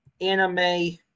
anime